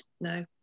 No